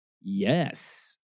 Yes